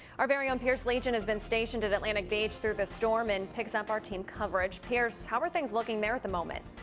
our very own pierce legeion has been stationed at atlantic beach through the storm and picks up our team coverage. pierce how are things looking at the moment?